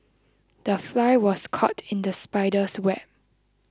the fly was caught in the spider's web